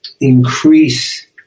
increase